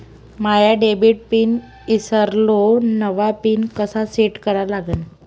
माया debit PIN ईसरलो, नवा PIN कसा सेट करा लागन?